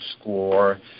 score